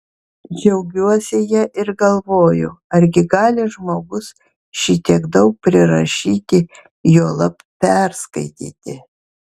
džiaugiuosi ja ir galvoju argi gali žmogus šitiek daug prirašyti juolab perskaityti